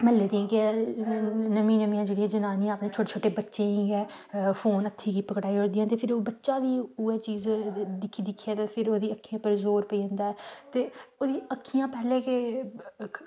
म्हल्लै दियां गै जनानियां छोटे छोटे बच्चें गी गै फोन हत्थें गी फकड़ाई ओड़दियां बच्चा बी फिर उऐ चीज़ दिक्खी दिक्खियै ओह्दी अक्खीं उप्पर जोर पेई जंदा ऐ ते एह् अक्खियां पैह्लें गै